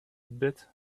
bit